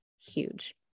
huge